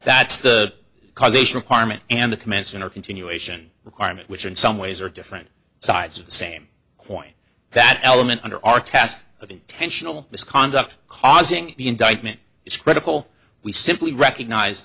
that's the causation requirement and the commencement or continuation requirement which in some ways are different sides of the same coin that element under our task of intentional misconduct causing the indictment is critical we simply recognize